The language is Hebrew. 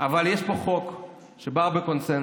אחד מהדברים, לא פניתי אליך, משה אבוטבול.